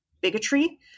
bigotry